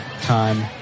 time